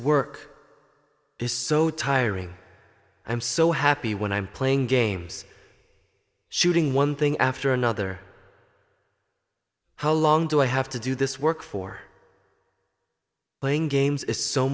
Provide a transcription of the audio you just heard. work is so tiring i'm so happy when i'm playing games shooting one thing after another how long do i have to do this work for playing games is so